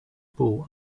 ball